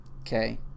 Okay